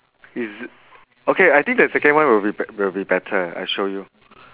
is okay I think the second one will be b~ will be better I show you